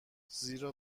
زیرا